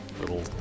little